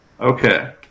Okay